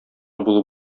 булып